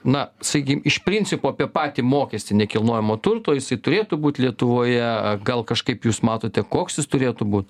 na sakykim iš principo apie patį mokestį nekilnojamo turto jisai turėtų būt lietuvoje gal kažkaip jūs matote koks jis turėtų būt